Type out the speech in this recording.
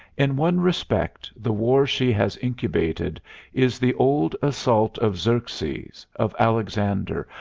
in one respect the war she has incubated is the old assault of xerxes, of alexander,